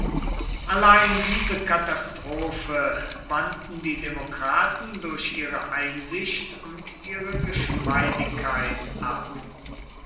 allein diese katastrophe wandten die demokraten durch ihre einsicht und ihre geschmeidigkeit ab